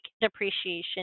depreciation